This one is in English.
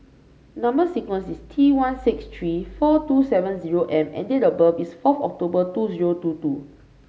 number sequence is T one six three four two seven zero M and date of birth is four October two zero two two